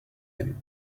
him